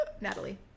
Natalie